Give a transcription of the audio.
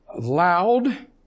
loud